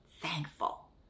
thankful